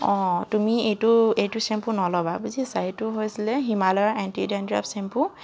অঁ তুমি এইটো এইটো চেম্পু নল'বা বুজিছা এইটো হৈছিলে হিমালয়া এণ্টি ডেণ্ডাৰ্ফ চেম্পু